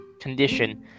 condition